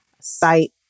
site